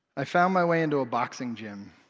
i found my way into a boxing gym,